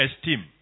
esteem